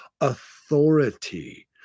Authority